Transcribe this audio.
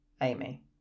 Amy